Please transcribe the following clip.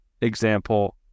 example